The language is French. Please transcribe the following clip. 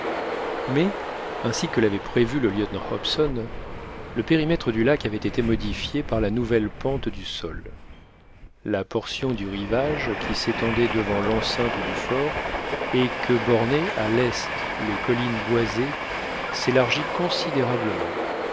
mais ainsi que l'avait prévu le lieutenant hobson le périmètre du lac avait été modifié par la nouvelle pente du sol la portion du rivage qui s'étendait devant l'enceinte du fort et que bornaient à l'est les collines boisées s'élargit considérablement